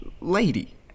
Lady